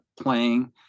playing